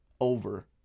over